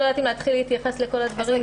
לא יודעת אם להתחיל להתייחס לכל הדברים.